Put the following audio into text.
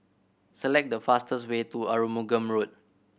select the fastest way to Arumugam Road